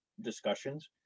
discussions